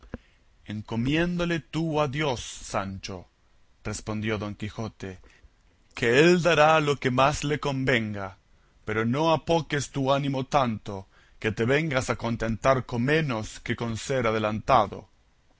ayuda encomiéndalo tú a dios sancho respondió don quijote que él dará lo que más le convenga pero no apoques tu ánimo tanto que te vengas a contentar con menos que con ser adelantado